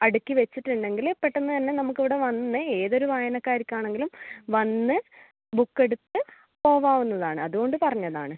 അടുക്കി വച്ചിട്ടുണ്ടെങ്കിൽ പെട്ടെന്ന് തന്നെ നമ്മൾക്ക് ഇവിടെ വന്ന് ഏതൊരു വായനക്കാർക്കാണെങ്കിലും വന്ന് ബുക്ക് എടുത്ത് പോകാവുന്നതാണ് അതുകൊണ്ട് പറഞ്ഞതാണ്